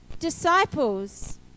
disciples